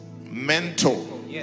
mental